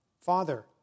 Father